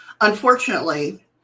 Unfortunately